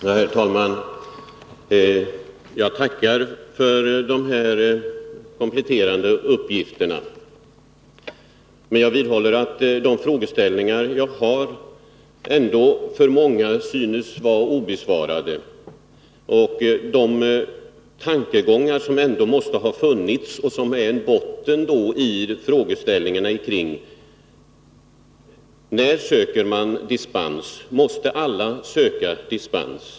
Herr talman! Jag tackar för de kompletterande uppgifterna. Men jag vidhåller att de frågor som jag har ändå synes vara obesvarade för många. Det gäller de tankegångar som måste ha funnits och som är botten i frågeställningarna. När söker man dispens? Måste alla söka dispens?